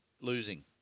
losing